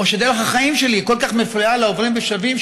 או שדרך החיים שלי כל כך מפריעה לעוברים ושבים,